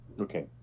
Okay